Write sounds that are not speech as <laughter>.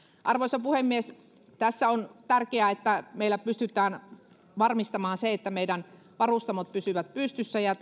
arvoisa puhemies tässä on tärkeää että meillä pystytään varmistamaan se että meidän varustamot pysyvät pystyssä ja <unintelligible>